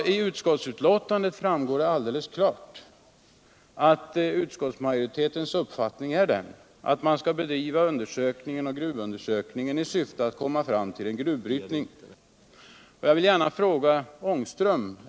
Av utskottsbetänkandet framgår det alldeles klart att utskottsmajoritetens uppfattning är den att man skall bedriva undersökningen i syfte att komma fram till en gruvbrytning.